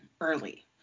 early